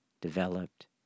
developed